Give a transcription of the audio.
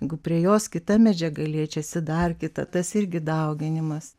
jeigu prie jos kita medžiaga liečiasi dar kita tas irgi dauginimas